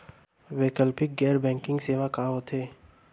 वैकल्पिक गैर बैंकिंग सेवा का होथे?